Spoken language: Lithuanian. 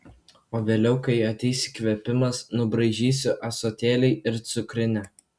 o vėliau kai ateis įkvėpimas nubraižysiu ąsotėlį ir cukrinę